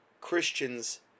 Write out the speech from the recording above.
Christians